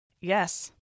Yes